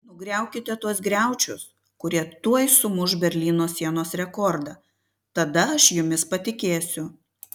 nugriaukite tuos griaučius kurie tuoj sumuš berlyno sienos rekordą tada aš jumis patikėsiu